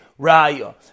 raya